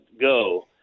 go